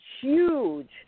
huge